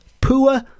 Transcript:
Poor